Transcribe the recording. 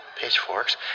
pitchforks